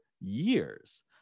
years